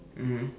mmhmm